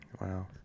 Wow